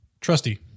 trusty